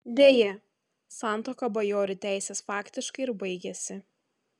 deja santuoka bajorių teisės faktiškai ir baigėsi